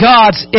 God's